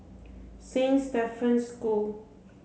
Saint Stephen's School